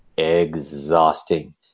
Exhausting